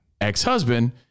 Ex-husband